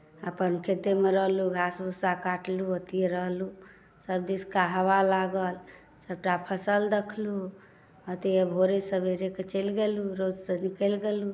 अपन खेतेमे रहलहुँ घास भूसा काटलहुँ ओतिहे रहलहुँ सभदिशका हवा लागल सभटा फसल देखलहुँ ओतिहे भोरे सवेरेकेँ चलि गेलहुँ रौदसँ निकलि गेलहुँ